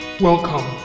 Welcome